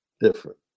different